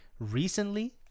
Recently